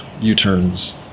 U-turns